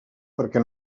perquè